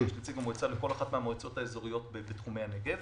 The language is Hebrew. יש נציג במועצה לכל אחת מהמועצות האזוריות בתחומי הנגב.